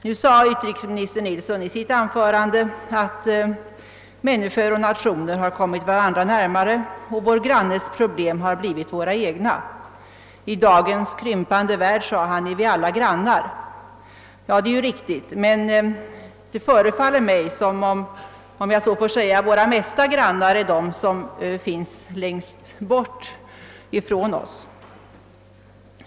Nu sade utrikesminister Nilsson i sitt inledningsanförande att människor och nationer har kommit varandra närmare och att vår grannes problem har blivit våra egna. I dagens krympande värld, fortsatte utrikesministern, är vi alla grannar. Det är riktigt. Men det förefaller mig som om — jag tillåter mig att använda detta uttryckssätt — våra mesta grannar är de som finns längst bort från oss.